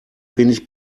wenig